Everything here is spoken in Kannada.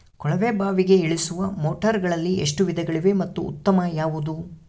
ಕೊಳವೆ ಬಾವಿಗೆ ಇಳಿಸುವ ಮೋಟಾರುಗಳಲ್ಲಿ ಎಷ್ಟು ವಿಧಗಳಿವೆ ಮತ್ತು ಉತ್ತಮ ಯಾವುದು?